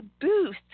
booth